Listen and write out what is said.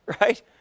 right